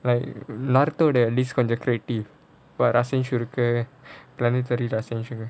like naruto at least creative but rashing sure planetery